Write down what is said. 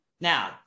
Now